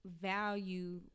value